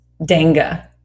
Danga